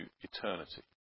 eternity